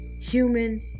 human